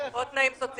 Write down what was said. אין להם בכלל ימי בידוד.